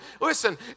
listen